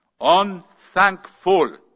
unthankful